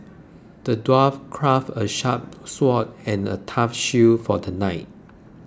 the dwarf crafted a sharp sword and a tough shield for the knight